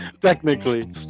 technically